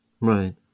Right